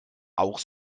auch